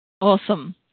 Awesome